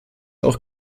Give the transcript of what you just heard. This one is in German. auch